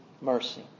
mercy